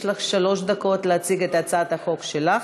יש לך שלוש דקות להציג את הצעת החוק שלך,